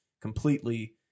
completely